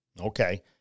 Okay